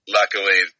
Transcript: luckily